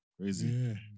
Crazy